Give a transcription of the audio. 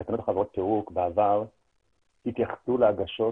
תקנות חברות פירוק בעבר התייחסו להגשות,